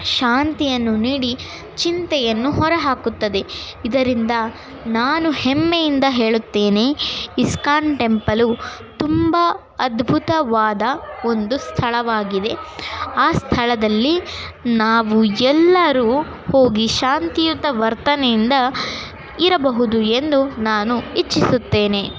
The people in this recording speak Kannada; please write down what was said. ಶಾಂತಿಯನ್ನು ನೀಡಿ ಚಿಂತೆಯನ್ನು ಹೊರಹಾಕುತ್ತದೆ ಇದರಿಂದ ನಾನು ಹೆಮ್ಮೆಯಿಂದ ಹೇಳುತ್ತೇನೆ ಇಸ್ಕಾನ್ ಟೆಂಪಲು ತುಂಬ ಅದ್ಭುತವಾದ ಒಂದು ಸ್ಥಳವಾಗಿದೆ ಆ ಸ್ಥಳದಲ್ಲಿ ನಾವು ಎಲ್ಲರೂ ಹೋಗಿ ಶಾಂತಿಯುತ ವರ್ತನೆಯಿಂದ ಇರಬಹುದು ಎಂದು ನಾನು ಇಚ್ಛಿಸುತ್ತೇನೆ